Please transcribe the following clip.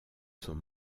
sont